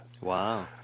Wow